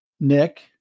Nick